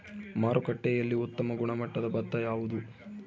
ಮಾರುಕಟ್ಟೆಯಲ್ಲಿ ಉತ್ತಮ ಗುಣಮಟ್ಟದ ಭತ್ತ ಯಾವುದು?